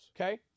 Okay